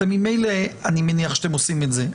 ממילא אני מניח שאתם עושים את זה.